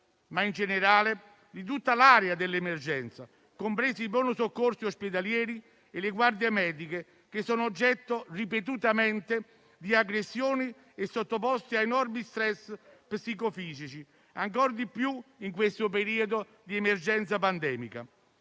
ma in generale di tutta l'area dell'emergenza, compresi i pronto soccorso ospedalieri e le guardie mediche, che sono ripetutamente oggetto di aggressioni e sottoposti a enormi stress psicofisici, ancor di più in questo periodo di emergenza pandemica.